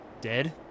Dead